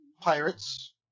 pirates